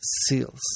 SEALs